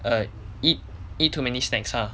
err eat eat it too many snacks ah